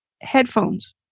headphones